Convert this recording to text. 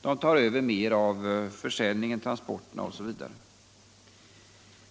De tar över mer av försäljningen, transporterna osv.